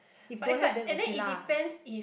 if don't have then okay lah